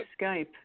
Skype